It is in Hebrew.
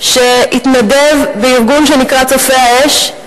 שהתנדב בארגון שנקרא "צופי אש"